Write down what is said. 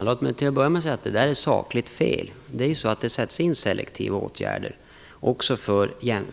Fru talman! Till att börja med är detta sakligt fel. Det sätts in selektiva åtgärder i arbetsmarknadspolitiken också